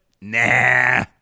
Nah